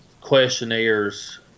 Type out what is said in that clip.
questionnaires